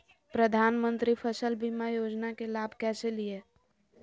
प्रधानमंत्री फसल बीमा योजना के लाभ कैसे लिये?